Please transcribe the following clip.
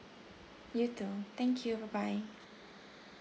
you too thank you bye bye